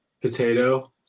potato